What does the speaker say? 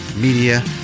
media